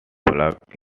pluck